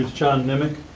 john nemick.